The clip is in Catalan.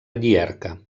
llierca